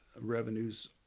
revenues